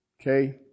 Okay